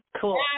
cool